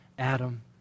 Adam